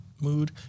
Mood